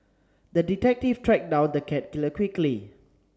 the detective tracked down the cat killer quickly